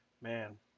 man